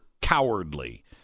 cowardly